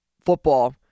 football